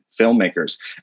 filmmakers